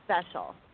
Special